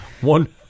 one